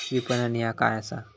विपणन ह्या काय असा?